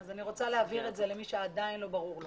אני רוצה להבהיר למי שעדיין לא ברור לו